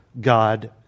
God